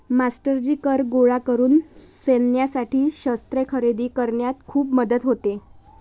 मास्टरजी कर गोळा करून सैन्यासाठी शस्त्रे खरेदी करण्यात खूप मदत होते